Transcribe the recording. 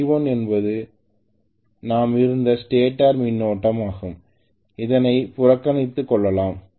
I1 என்பது நாம் இருந்த ஸ்டேட்டர் மின்னோட்டமாகும் இதனை புறக்கணித்து கொள்ளலாம்